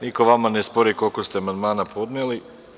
Niko vama ne spori koliko ste amandmana podneli.